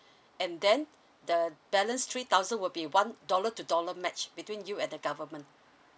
and then the balance three thousand will be one dollar to dollar match between you and the government